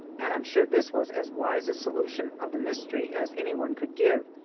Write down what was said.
and i'm sure this was as wise a solution of the mystery as anyone could give,